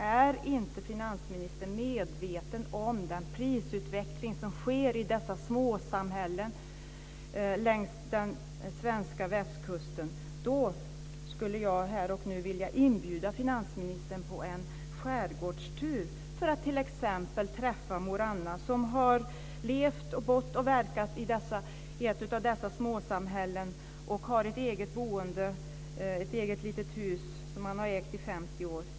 Är inte finansministern medveten om den prisutveckling som sker i dessa småsamhällen längs den svenska västkusten? Om inte skulle jag här och nu vilja inbjuda finansministern till en skärgårdstur för att t.ex. träffa mor Anna, som har levt, bott och verkat i ett av dessa småsamhällen och har ett eget litet hus som hon har ägt i 50 år.